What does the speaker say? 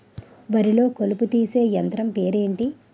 వరి లొ కలుపు తీసే యంత్రం పేరు ఎంటి?